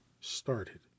started